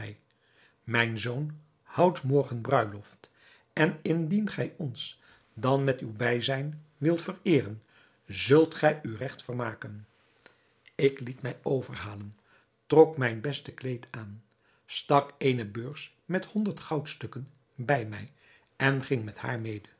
mijn zoon houdt morgen bruiloft en indien gij ons dan met uw bijzijn wilt vereeren zult gij u regt vermaken ik liet mij overhalen trok mijn beste kleed aan stak eene beurs met honderd goudstukken bij mij en ging met haar mede